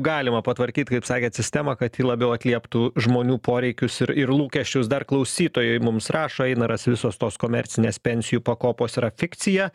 galima patvarkyt kaip sakėt sistemą kad ji labiau atlieptų žmonių poreikius ir ir lūkesčius dar klausytojai mums rašo einaras visos tos komercinės pensijų pakopos yra fikcija